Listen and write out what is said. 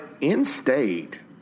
in-state